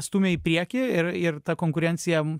stumia į priekį ir ir ta konkurencija